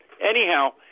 anyhow